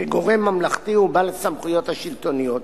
כגורם ממלכתי ובעל הסמכויות השלטוניות.